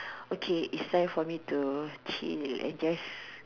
okay is time for me to chill I guess